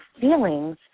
feelings